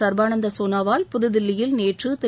சர்பானந்த சோனாவால் புதுதில்லியில் நேற்று திரு